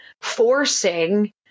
forcing